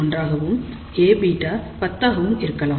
001 ஆகவும் Aβ 10 ஆகவும் இருக்கலாம்